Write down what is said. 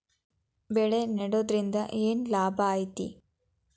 ಬೆಳೆ ನೆಡುದ್ರಿಂದ ಏನ್ ಲಾಭ ಐತಿ?